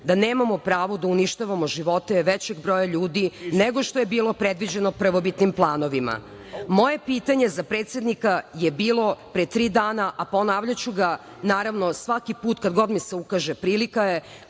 da nemamo pravo da uništavamo živote većeg broja ljudi nego što je bilo predviđeno prvobitnim planovima. Moje pitanje za predsednika je bilo pre tri dana, a ponavljaću ga svaki put kad god mi se ukaže prilika -